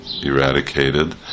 eradicated